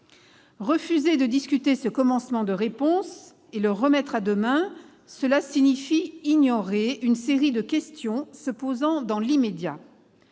Refuser de discuter ce commencement de réponse et le remettre à demain signifie ignorer une série de questions se posant dans l'immédiat.